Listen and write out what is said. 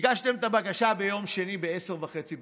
הגשתם את הבקשה ביום שני ב-22:30.